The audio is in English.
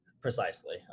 precisely